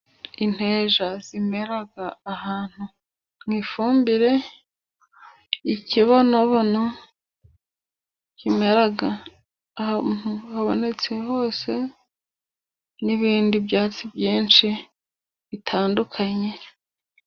Inteja zimera ahantu mu ifumbire, ikibonobono kimera ahantu habonetse hose n'ibindi byatsi byinshi bitandukanye.